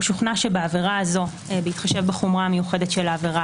הוא שוכנע שבעבירה הזו בהתחשב בחומרה המיוחדת של העבירה